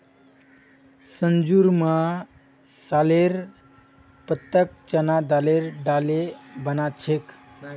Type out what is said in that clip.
संजूर मां सॉरेलेर पत्ताक चना दाले डाले बना छेक